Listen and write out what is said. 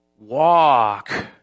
walk